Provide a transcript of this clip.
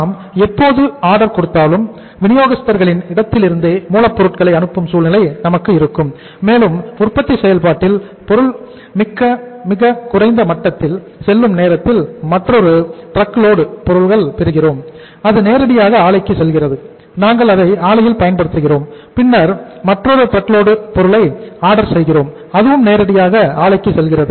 நாம் எப்போது ஆர்டர் செய்கிறோம் அதுவும் நேரடியாக ஆலைக்கு செல்கிறது